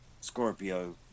Scorpio